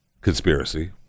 conspiracy